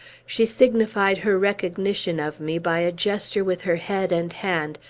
she signified her recognition of me by a gesture with her head and hand,